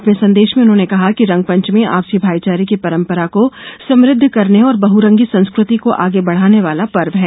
अपने संदेश में उन्होंने कहा कि रंगपंचमी आपसी भाईचारे की परम्परा को समृद्ध करने और बहुरंगी संस्कृति को आगे बढ़ाने वाला पर्व है